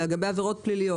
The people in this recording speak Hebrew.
לגבי עבירות פליליות,